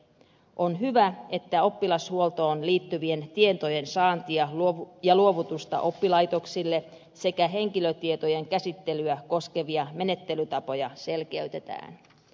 on hyvä että oppilashuoltoon liittyvien tietojen saantia ja luovutusta oppilaitoksille sekä henkilötietojen käsittelyä koskevia menettelytapoja selkeytetään